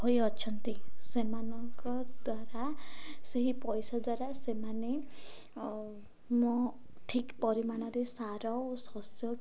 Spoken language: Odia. ହୋଇଛନ୍ତି ସେମାନଙ୍କ ଦ୍ୱାରା ସେହି ପଇସା ଦ୍ୱାରା ସେମାନେ ମୋ ଠିକ୍ ପରିମାଣରେ ସାର ଓ ଶସ୍ୟ କିଣି